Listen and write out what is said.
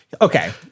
Okay